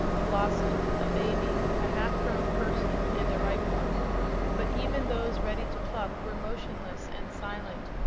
a blossom, a baby, a half-grown person and a ripe one but even those ready to pluck were motionless and silent,